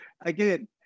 again